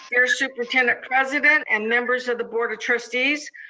dear superintendent-president, and members of the board of trustees.